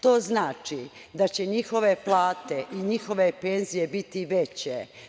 To znači da će njihove plate i njihove penzije biti veće.